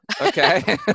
Okay